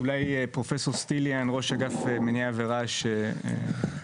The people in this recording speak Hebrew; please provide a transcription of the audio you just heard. אולי פרופסור סטיליאן, ראש אגף מניעת רעש ישיב.